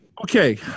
Okay